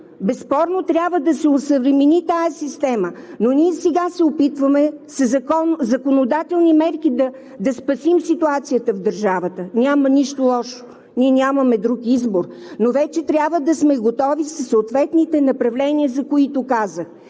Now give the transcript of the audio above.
система трябва да се осъвремени, но ние сега се опитваме със законодателни мерки да спасим ситуацията в държавата. Няма нищо лошо. Нямаме друг избор! Но вече трябва да сме готови със съответните направления, за които казах.